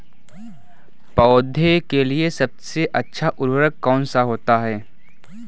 पौधे के लिए सबसे अच्छा उर्वरक कौन सा होता है?